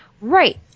Right